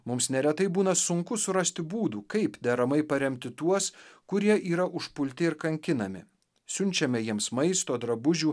mums neretai būna sunku surasti būdų kaip deramai paremti tuos kurie yra užpulti ir kankinami siunčiame jiems maisto drabužių